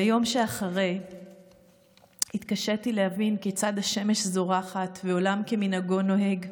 ביום שאחרי התקשיתי להבין כיצד השמש זורחת ועולם כמנהגו נוהג.